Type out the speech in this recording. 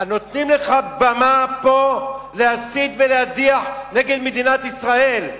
נותנים לך במה פה להסית ולהדיח נגד מדינת ישראל.